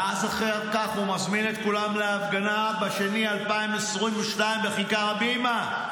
ואז אחר כך הוא מזמין את כולם להפגנה בפברואר 2022 בכיכר הבימה,